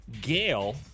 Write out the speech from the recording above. Gail